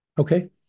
Okay